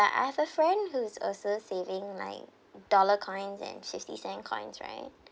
~ut I have a friend who's also saving like dollar coins and fifty cent coins right